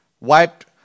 wiped